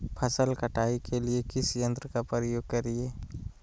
फसल कटाई के लिए किस यंत्र का प्रयोग करिये?